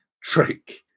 trick